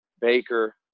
Baker